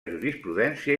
jurisprudència